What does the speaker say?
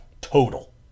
total